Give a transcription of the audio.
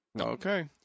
Okay